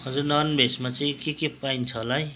हजुर नन भेजमा चाहिँ के के पाइन्छ होला है